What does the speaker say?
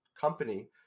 company